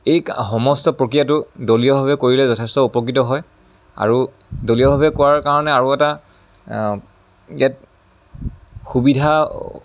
এই সমস্ত প্ৰক্ৰিয়াটো দলীয়ভাৱে কৰিলে যথেষ্ট উপকৃত হয় আৰু দলীয়ভাৱে কৰাৰ কাৰণে আৰু এটা ইয়াত সুবিধা